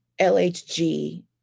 LHG